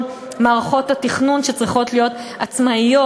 מערכות התכנון שצריכות להיות עצמאיות,